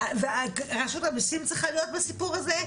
רשות המסים צריכה להיות בסיפור הזה,